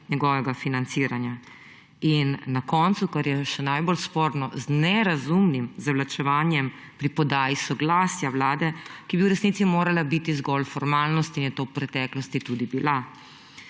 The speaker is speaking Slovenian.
njegovega financiranja in na koncu, kar je še najbolj sporno, z nerazumnim zavlačevanjem pri podaji soglasja Vlade, ki bi v resnici morala biti zgolj formalnost in je to v preteklosti tudi bila.